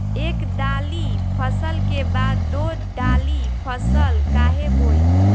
एक दाली फसल के बाद दो डाली फसल काहे बोई?